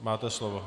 Máte slovo.